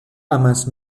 amas